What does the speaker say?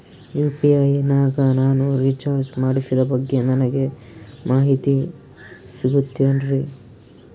UPI ನಾಗ ನಾನು recharge ಮಾಡಿಸಿದ ಬಗ್ಗೆ ನನಗೆ ಮಾಹಿತಿ ಸಿಗುತೇನ್ರೀ?